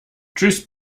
tschüß